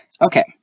Okay